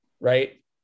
right